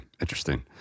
interesting